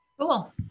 Cool